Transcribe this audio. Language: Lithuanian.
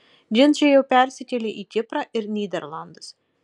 ginčai jau persikėlė į kiprą ir nyderlandus